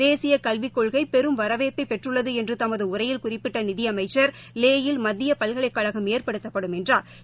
தேசிய கல்விக் கொள்கை பெரும் வரவேற்பை பெற்றுள்ளது என்று தமது உரையில் குறிப்பிட்ட நிதி அமைச்சா் லே யில் மத்திய பல்கலைக்கழகம் ஏற்படுத்தப்படும் என்றாா்